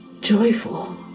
joyful